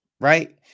right